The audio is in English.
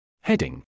Heading